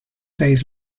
days